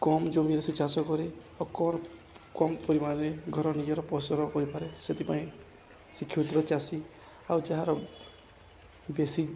କମ୍ ଜମିରେ ସେ ଚାଷ କରେ ଆଉ କମ୍ କମ୍ ପରିମାଣରେ ଘର ନିଜର ପୋଷଣ କରିପାରେ ସେଥିପାଇଁ କ୍ଷୁଦ୍ର ଚାଷୀ ଆଉ ଯାହାର ବେଶୀ